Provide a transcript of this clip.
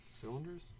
Cylinders